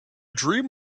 dream